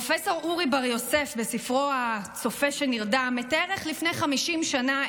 פרופ' אורי בר-יוסף מתאר בספרו "הצופה שנרדם" איך לפני 50 שנה,